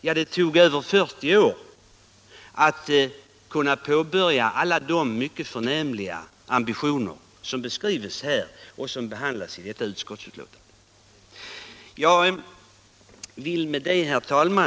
Ja, det tog över 40 år att väcka till liv alla de mycket förnämliga ambitioner som behandlas i detta utskottsbetänkande. Herr talman!